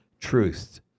truth